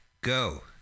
go